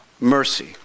mercy